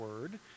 word